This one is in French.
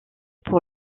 pour